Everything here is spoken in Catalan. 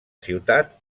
ciutat